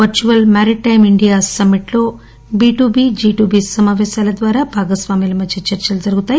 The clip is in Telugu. వర్చువల్ మారిటైమ్ ఇండియా సమ్మిట్ లో బీటూబీ జీ టూ బీ సమాపేశాల ద్వారా భాగస్వామ్యుల మధ్య చర్చలు జరుగుతాయి